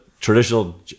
traditional